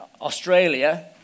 Australia